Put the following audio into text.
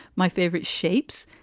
my favorite shapes,